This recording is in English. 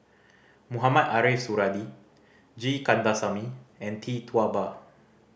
Mohamed Ariff Suradi G Kandasamy and Tee Tua Ba